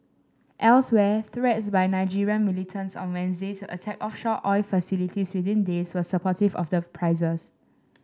elsewhere threats by Nigerian militants on Wednesday to attack offshore oil facilities within days were supportive of prices